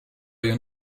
your